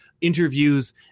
interviews